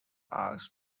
asked